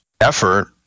effort